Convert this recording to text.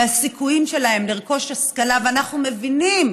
ועל הסיכויים שלהם לרכוש השכלה, ואנחנו מבינים